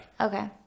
Okay